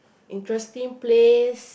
interesting place